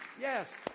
Yes